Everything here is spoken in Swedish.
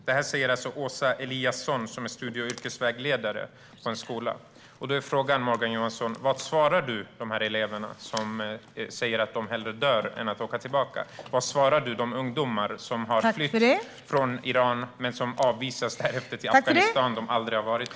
Detta säger Åsa Eliasson, som är studie och yrkesvägledare på en skola. Frågan är, Morgan Johansson: Vad svarar du dessa elever, som säger att de hellre dör än åker tillbaka? Vad svarar du de ungdomar som har flytt från Iran men därefter avvisas till Afghanistan, där de aldrig har varit?